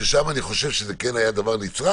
שם אני חושב שזה כן היה דבר נצרך.